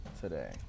today